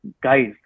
Guys